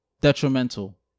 detrimental